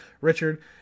Richard